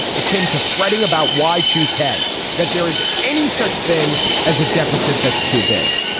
akin to fretting about y two k that there is any such thing as a deficit that's too big.